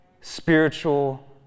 spiritual